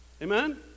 amen